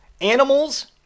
animals